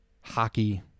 hockey